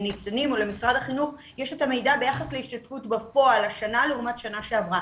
למשרד החינוך יש את המידע ביחס להשתתפות בפועל השנה לעומת השנה שעברה.